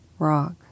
rock